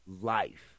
life